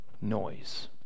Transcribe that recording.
noise